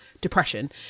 depression